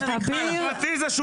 מספיק, חלאס.